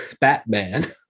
Batman